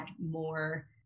more